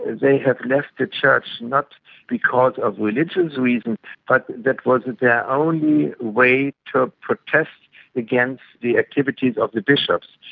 they have left the church not because of religious reasons but that was their yeah only way to protest against the activities of the bishops.